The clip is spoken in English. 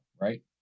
right